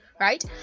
right